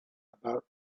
about